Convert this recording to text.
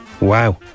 Wow